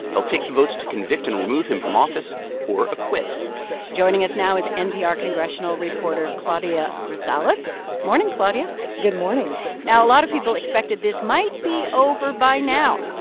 they'll take the votes to convict and remove him from office or acquit joining us now is npr congressional reporter claudia grisales. morning, claudia good morning now, a lot of people expected this might be over by now.